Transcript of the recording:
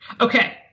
okay